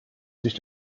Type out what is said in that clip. sich